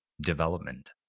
development